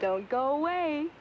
don't go away